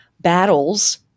battles